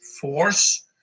force